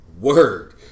word